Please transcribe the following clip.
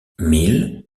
mille